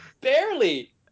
Barely